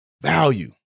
value